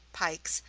pikes,